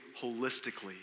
holistically